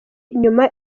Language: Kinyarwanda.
nyuma